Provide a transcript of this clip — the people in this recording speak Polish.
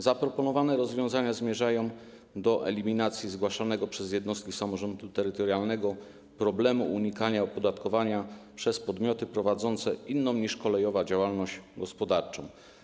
Zaproponowane rozwiązania zmierzają do eliminacji zgłaszanego przez jednostki samorządu terytorialnego problemu unikania opodatkowania przez podmioty prowadzące inną niż kolejowa działalność gospodarczą.